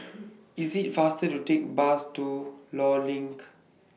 IT IS faster to Take The Bus to law LINK